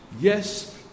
yes